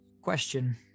question